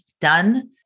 done